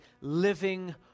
living